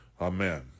Amen